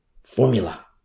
formula